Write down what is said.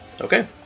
Okay